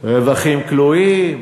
רווחים כלואים,